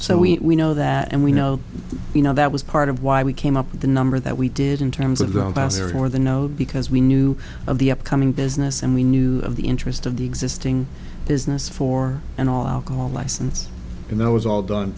so we know that and we know you know that was part of why we came up with the number that we did in terms of the last year or the know because we knew of the upcoming business and we knew of the interest of the existing business for an all alcohol license and that was all done